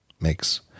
makes